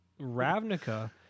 Ravnica